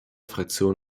fraktion